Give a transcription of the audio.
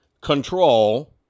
control